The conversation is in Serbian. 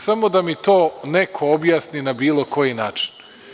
Samo da mi to neko objasni na bilo koji način.